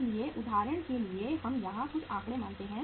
इसलिए उदाहरण के लिए हम यहां कुछ आंकड़े मानते हैं